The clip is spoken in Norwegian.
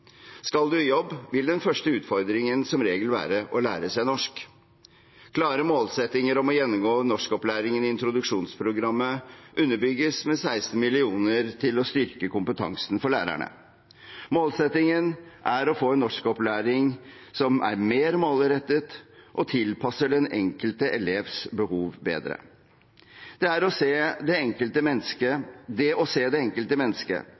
Skal man i jobb, vil den første utfordringen som regel være å lære seg norsk. Klare målsettinger om å gjennomgå norskopplæringen i introduksjonsprogrammet underbygges med 16 mill. kr til å styrke kompetansen for lærerne. Målsettingen er å få en norskopplæring som er mer målrettet og bedre tilpasset den enkelte elevs behov. Det å se det enkelte